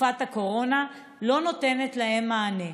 לתקופת הקורונה לא נותנת להם מענה.